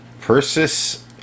Persis